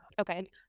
okay